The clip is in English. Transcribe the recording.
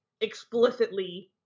explicitly